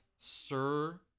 Sir